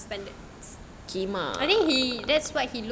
I think he that's what he look into